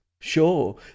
Sure